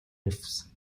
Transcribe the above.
riffs